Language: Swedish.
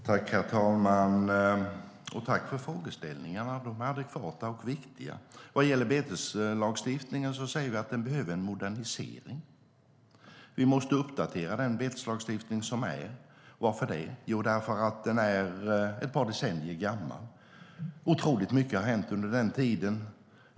Herr talman! Jag tackar för frågeställningarna. De är adekvata och viktiga. Vad gäller beteslagstiftningen säger vi att den behöver en modernisering. Vi måste uppdatera beteslagstiftningen. Varför? Jo, därför att den är ett par decennier gammal. Otroligt mycket har hänt under den tiden.